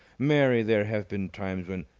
mary, there have been times when,